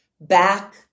back